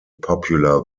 popular